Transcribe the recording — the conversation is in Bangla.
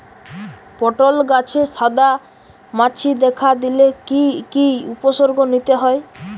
পটল গাছে সাদা মাছি দেখা দিলে কি কি উপসর্গ নিতে হয়?